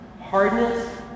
hardness